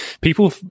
people